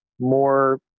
more